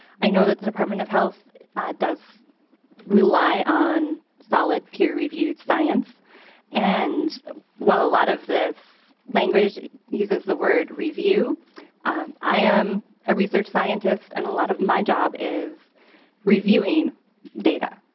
i know that that apartment of health does rely on solid peer-reviewed science and while a lot of this language uses the word review i'm a research scientist and a lot of my job is reviewing data.